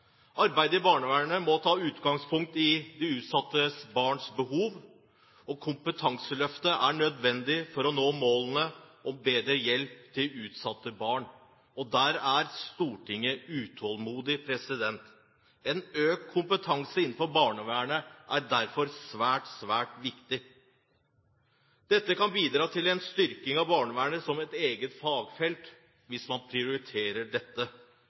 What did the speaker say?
Arbeidet i barnevernet må ta utgangspunkt i de utsatte barns behov. Kompetanseløftet er nødvendig for å nå målene om bedre hjelp til utsatte barn, og der er Stortinget utålmodig. En økt kompetanse innenfor barnevernet er derfor svært, svært viktig. Det kan bidra til en styrking av barnevernet som et eget fagfelt hvis man prioriterer dette.